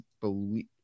believe